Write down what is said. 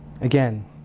again